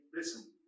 Listen